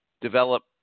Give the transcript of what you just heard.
develop